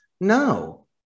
No